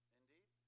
Indeed